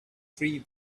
three